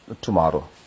tomorrow